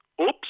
oops